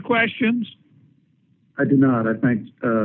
questions i did not i think